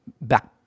back